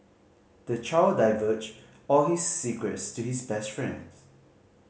the child divulged all his secrets to his best friend